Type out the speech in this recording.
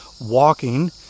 walking